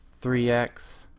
3x